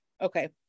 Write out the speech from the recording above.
okay